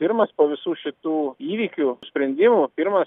pirmas po visų šitų įvykių sprendimų pirmas